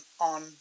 on